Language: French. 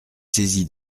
saisi